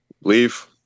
Leave